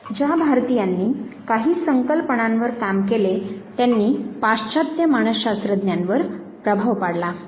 ज्या भारतीयांनी काही संकल्पनांवर काम केले त्यांनी पाश्चात्य मानसशास्त्रज्ञांवर प्रभाव पाडला